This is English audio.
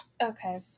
Okay